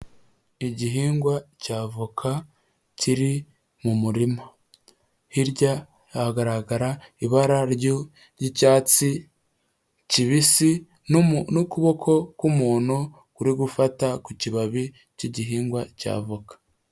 Igihingwa cya voka kiri mu murima. Hirya hagaragara ibara ry'icyatsi kibisi n'ukuboko k'umuntu kuri gufata ku kibabi cy'igihingwa cya voka.